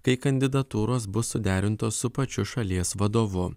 kai kandidatūros bus suderintos su pačiu šalies vadovu